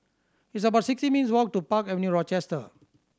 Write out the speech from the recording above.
it's about sixty minutes' walk to Park Avenue Rochester